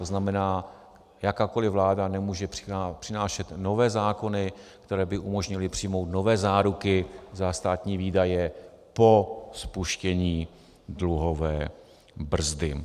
To znamená, jakákoliv vláda nemůže přinášet nové zákony, které by umožnily přijmout nové záruky za státní výdaje po spuštění dluhové brzdy.